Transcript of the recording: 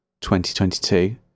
2022